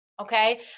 Okay